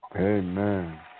Amen